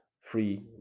free